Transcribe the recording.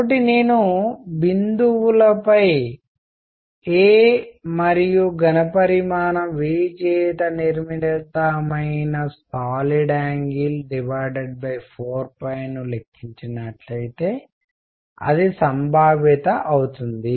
కాబట్టి నేను బిందువు లపై a మరియు ఘణపరిమాణం V చేత నిర్మితమైన సాలిడ్ యాంగిల్ 4 ను లెక్కించినట్లయితే అది సంభావ్యత అవుతుంది